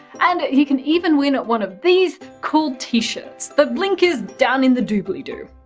and you can even win one of these cool t-shirts. the link is down in the dooblidoo.